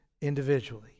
individually